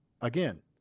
again